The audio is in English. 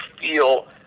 feel